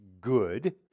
good